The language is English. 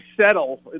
settle